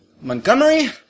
Montgomery